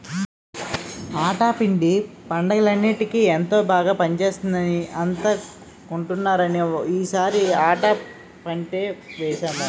ఆటా పిండి పండగలన్నిటికీ ఎంతో పనికొస్తుందని అంతా కొంటున్నారని ఈ సారి ఆటా పంటే వేసాము